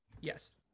Yes